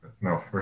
No